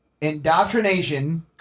indoctrination